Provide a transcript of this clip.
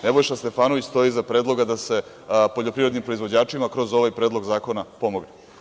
Nebojša Stefanović stoji iza predloga da se poljoprivrednim proizvođačima kroz ovaj Predlog zakona pomogne.